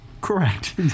Correct